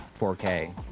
4k